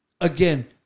again